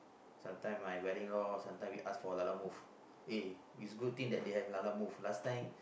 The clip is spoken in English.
sometime my wedding lor sometime we ask for Lalamove eh it's good thing we have Lalamove last time